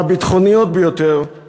והביטחוניות ביותר של